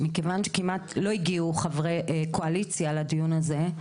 מכיוון שכמעט לא הגיעו חברי קואליציה לדיון הזה,